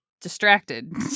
distracted